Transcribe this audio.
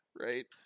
Right